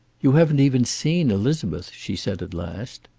you haven't even seen elizabeth, she said at last.